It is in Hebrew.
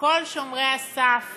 שכל שומרי הסף